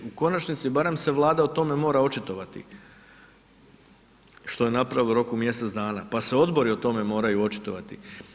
U konačnici barem se Vlada o tome mora očitovati, što je napravila u roku mjesec dana, pa se odbori o tome moraju očitovati.